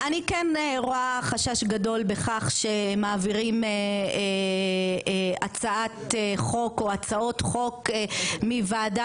אני כן רואה חשש גדול בכך שמעבירים הצעת חוק או הצעות חוק מוועדה